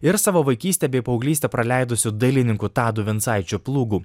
ir savo vaikystę bei paauglystę praleidusiu dailininku tadu vincaičiu plūgu